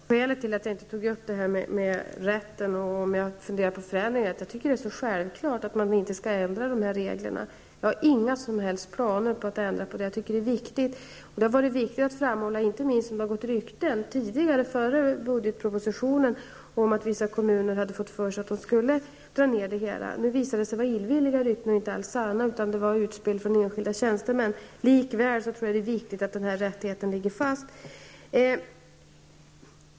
Herr talman! Skälet till att jag inte tog upp frågan om rätten och om jag funderar på ändringar är att jag tycker att det är självklart att man inte skall ändra på reglerna. Jag har inga som helst planer på att ändra dem. Jag tycker att de är viktiga Det har varit väsentligt att framhålla detta, inte minst för att det tidigare före budgetpropositionens avlämnande har förekommit rykten om att vissa kommuner hade fått för sig att de skulle göra neddragningar. Nu har det visat sig vara illvilliga rykten som inte har varit sanna. Det har varit utspel från enskilda tjänstemän. Likväl tror jag att det är viktigt att denna rättighet slås fast.